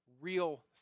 real